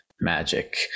magic